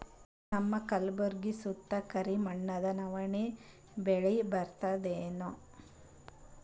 ನಮ್ಮ ಕಲ್ಬುರ್ಗಿ ಸುತ್ತ ಕರಿ ಮಣ್ಣದ ನವಣಿ ಬೇಳಿ ಬರ್ತದೇನು?